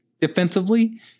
defensively